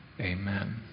amen